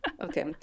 okay